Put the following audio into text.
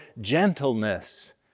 gentleness